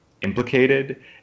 implicated